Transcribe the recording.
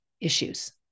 issues